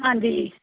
ਹਾਂਜੀ